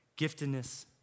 Giftedness